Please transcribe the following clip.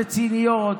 רציניות.